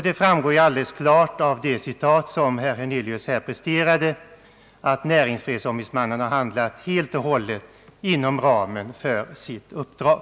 Det framgår alldeles klart av det citat herr Hernelius presterade att näringsfrihetsombudsmannen handlat helt och hållet inom ramen för sitt uppdrag.